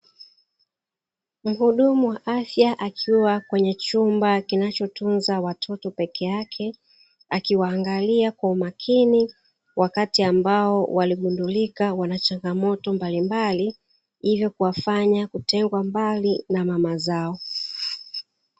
Mhudumu wa afya akiwa kwenye chumba kinachotunza watoto peke yake, akiwaangalia kwa umakini wakati ambao waligundulika wana changamoto mbalimbali, hivyo kuwafanya kutengwa mbali na mama zao.